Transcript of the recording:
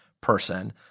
person